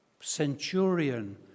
centurion